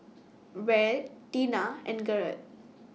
Raleigh Tina and Gerard